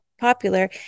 popular